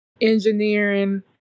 engineering